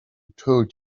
told